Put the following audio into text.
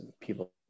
people